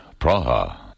Praha